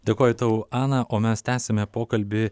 dėkoju tau ana o mes tęsiame pokalbį